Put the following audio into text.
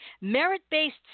Merit-based